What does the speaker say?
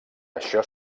això